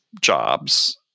jobs